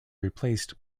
replaced